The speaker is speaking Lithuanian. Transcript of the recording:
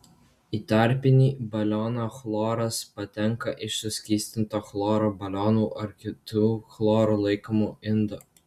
į tarpinį balioną chloras patenka iš suskystinto chloro balionų ar kitų chloro laikymo indų